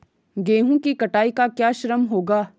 गेहूँ की कटाई का क्या श्रम होगा?